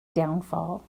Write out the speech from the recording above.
downfall